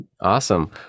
Awesome